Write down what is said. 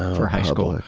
for high school.